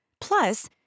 Plus